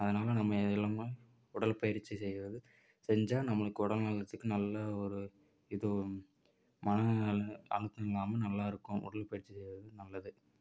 அதனால நம்ம தினமும் உடற்பயிற்சி செய்வது செஞ்சால் நம்மளுக்கு உடல் நலத்துக்கு நல்ல ஒரு இது மன அழுத்தம் இல்லாமல் நல்லாயிருக்கும் உடற்பயிற்சி செய்வது நல்லது